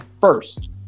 first